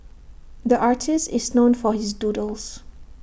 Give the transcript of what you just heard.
the artist is known for his doodles